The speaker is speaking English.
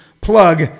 plug